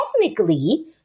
technically